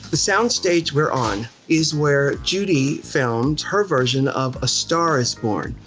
the soundstage we're on is where judy filmed her version of a star is born.